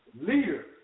leader